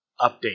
update